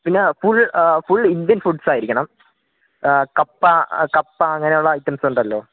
പിന്നെ full full Indian foods ആയിരിക്കണം കപ്പ കപ്പ അങ്ങനെയുള്ള ഐറ്റംസ് ഉണ്ടല്ലോ